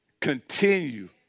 Continue